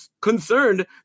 concerned